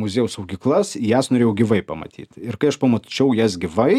muziejaus saugyklas jas norėjau gyvai pamatyt ir kai aš pamačiau jas gyvai